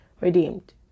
redeemed